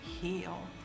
heal